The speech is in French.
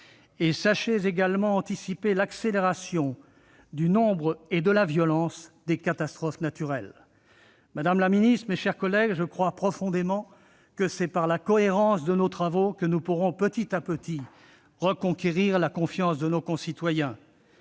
Sachez également anticiper l'accélération du nombre et de la violence des catastrophes naturelles. Madame la secrétaire d'État, mes chers collègues, je crois profondément que c'est par la cohérence de nos travaux que nous pourrons petit à petit reconquérir la confiance de nos concitoyens.